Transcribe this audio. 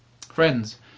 friends